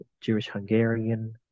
Jewish-Hungarian